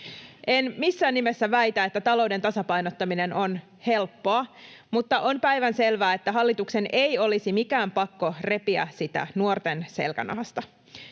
En missään nimessä väitä, että talouden tasapainottaminen on helppoa, mutta on päivänselvää, että hallituksen ei olisi mikään pakko repiä sitä nuorten selkänahasta.